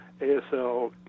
ASL